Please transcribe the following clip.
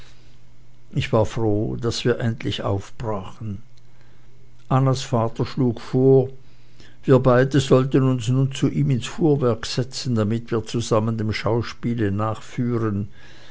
ich war froh daß wir endlich aufbrachen annas vater schlug vor wir beide sollten uns zu ihm ins fuhrwerk setzen damit wir zusammen dem schauspiele nachführen